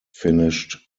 finished